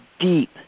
deep